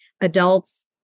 adults